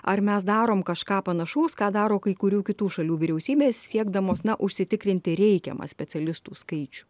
ar mes darom kažką panašaus ką daro kai kurių kitų šalių vyriausybės siekdamos na užsitikrinti reikiamą specialistų skaičių